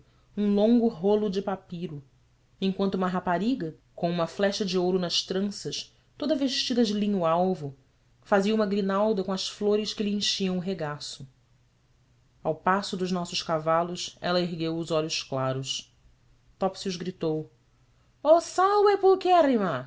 um longo rolo de papiro enquanto uma rapariga com uma flecha de ouro nas tranças toda vestida de linho alvo fazia uma grinalda com as flores que lhe enchiam o regaço ao passo dos nossos cavalos ela ergueu os olhos claros topsius gritou